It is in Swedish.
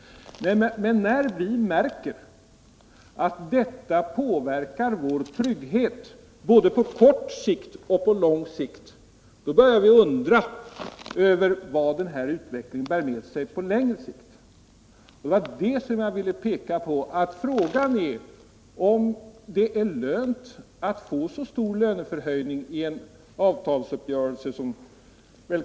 Men när vi märker att detta påverkar vår trygghet på både kort och lång sikt, då undrar vi om det är värt att få en stor löneförhöjning i avtalsuppgörelsen.